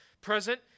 present